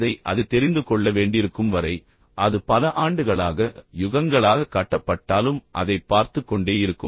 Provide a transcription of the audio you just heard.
அதை அது தெரிந்து கொள்ள வேண்டியிருக்கும் வரை அது பல ஆண்டுகளாக யுகங்களாகக் காட்டப்பட்டாலும் அதைப் பார்த்துக் கொண்டே இருக்கும்